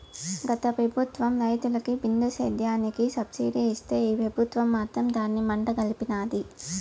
గత పెబుత్వం రైతులకి బిందు సేద్యానికి సబ్సిడీ ఇస్తే ఈ పెబుత్వం మాత్రం దాన్ని మంట గల్పినాది